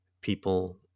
people